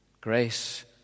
Grace